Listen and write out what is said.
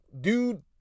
dude